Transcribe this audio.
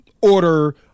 order